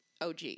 OG